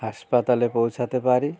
হাসপাতালে পৌঁছাতে পারি